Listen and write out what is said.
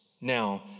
Now